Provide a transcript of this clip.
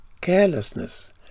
carelessness